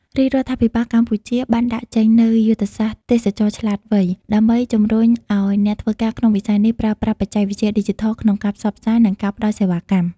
រាជរដ្ឋាភិបាលកម្ពុជាបានដាក់ចេញនូវយុទ្ធសាស្ត្រទេសចរណ៍ឆ្លាតវៃ ដើម្បីជំរុញឱ្យអ្នកធ្វើការក្នុងវិស័យនេះប្រើប្រាស់បច្ចេកវិទ្យាឌីជីថលក្នុងការផ្សព្វផ្សាយ និងការផ្តល់សេវាកម្ម។